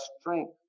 strength